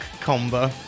combo